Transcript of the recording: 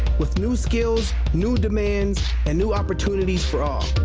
with new skills, new demands and new opportunities for all.